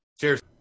cheers